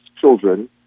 children